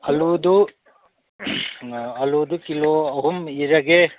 ꯑꯥꯂꯨꯗꯨ ꯑꯥꯂꯨꯗꯨ ꯀꯤꯂꯣ ꯑꯍꯨꯝ ꯏꯔꯒꯦ